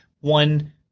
one